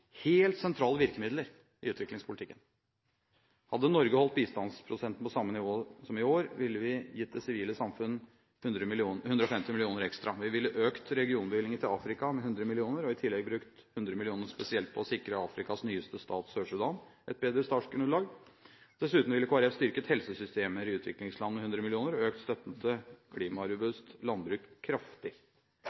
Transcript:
helt sentrale virkemidler i utviklingspolitikken. Hadde Norge holdt bistandsprosenten på samme nivå som i år, ville vi gitt det sivile samfunn 150 mill. kr ekstra. Vi ville økt regionbevilgningen til Afrika med 100 mill. kr, og i tillegg brukt 100 mill. kr spesielt på å sikre Afrikas nyeste stat, Sør-Sudan, et bedre startgrunnlag. Dessuten ville Kristelig Folkeparti styrket helsesystemer i utviklingsland med 100 mill. kr og økt støtten til klimarobust landbruk kraftig.